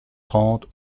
trente